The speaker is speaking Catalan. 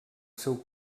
seu